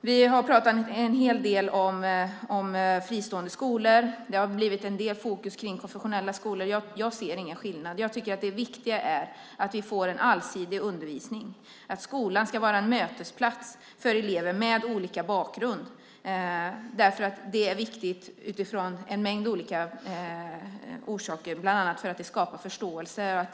Vi har pratat en hel del om fristående skolor, och det har blivit en del fokus på konfessionella skolor. Jag ser ingen skillnad. Jag tycker att det viktiga är att vi får en allsidig undervisning och att skolan är en mötesplats för elever med olika bakgrund. Det är viktigt av en mängd olika orsaker, bland annat att det skapar förståelse.